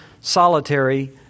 solitary